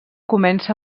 comença